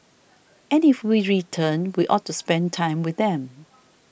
and if we return we ought to spend time with them